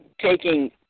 taking